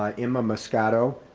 ah emma moscato,